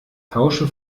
tausche